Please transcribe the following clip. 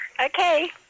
Okay